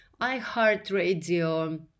iHeartRadio